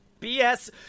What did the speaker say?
BS